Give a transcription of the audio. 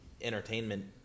entertainment